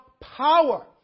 power